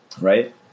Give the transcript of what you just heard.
Right